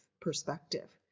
perspective